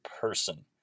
person